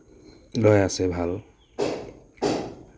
লয় আছে ভাল